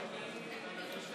אדוני השר